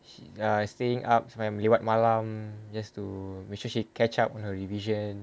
she err staying up like lewat malam just to macam she catch up on her revision